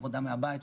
עבודה מהבית,